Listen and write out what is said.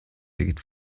перед